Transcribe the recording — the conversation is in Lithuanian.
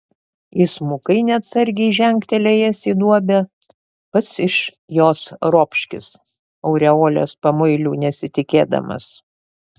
įsmukai neatsargiai žengtelėjęs į duobę pats iš jos ropškis aureolės pamuilių nesitikėdamas